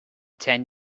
ten